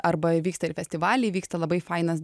arba vyksta ir festivaliai vyksta labai fainas